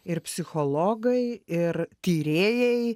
ir psichologai ir tyrėjai